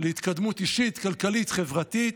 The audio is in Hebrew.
להתקדמות אישית, כלכלית, חברתית,